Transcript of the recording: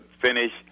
finish